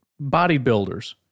bodybuilders